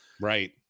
Right